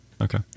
Okay